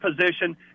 position